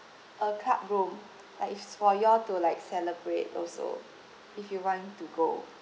a club room uh is for you all to like celebrate also if you want to go